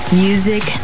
music